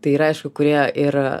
tai yra aišku kurie ir